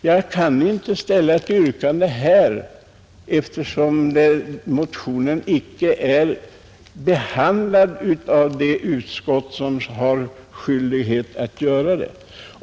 Jag kan inte ställa ett yrkande här, eftersom motionen icke är behandlad av det utskott som har skyldighet att göra detta.